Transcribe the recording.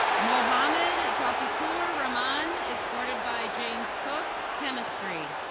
mohammed tohicur raman, escorted by james cook, chemistry.